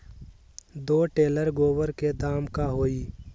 दो टेलर गोबर के दाम का होई?